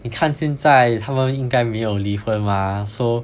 你看现在他们应该没有离婚 mah so